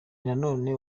nanone